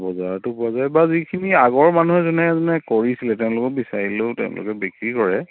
বজাৰতো পোৱা যায় বা যিখিনি আগৰ মানুহে যোনে যোনে কৰিছিলে তেওঁলোকক বিচাৰিলেও তেওঁলোকে বিক্ৰী কৰে